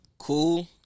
cool